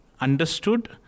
understood